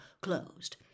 closed